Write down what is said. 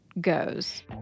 goes